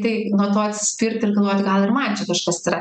tai nuo to atsispirt ir galvot gal ir man čia kažkas yra